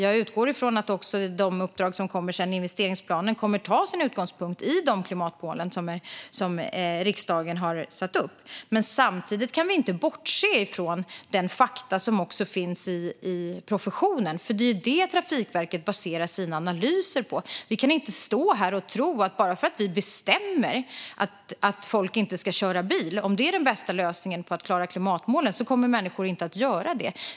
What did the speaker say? Jag utgår också från att de uppdrag som kommer i investeringsplanen tar sin utgångspunkt i de klimatmål som riksdagen har satt upp. Samtidigt kan vi inte bortse från de fakta som finns i professionen, för det är dem Trafikverket baserar sina analyser på. Vi kan inte stå här och tro att bara för att vi bestämmer att folk inte ska köra bil, om det är den bästa lösningen för att klara klimatmålet, kommer människor inte att göra det.